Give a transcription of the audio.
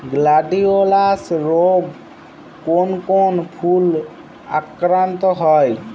Gladiolus রোগে কোন কোন ফুল আক্রান্ত হয়?